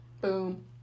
Boom